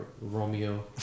Romeo